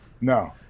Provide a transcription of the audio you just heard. no